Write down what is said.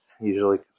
usually